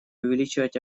увеличивать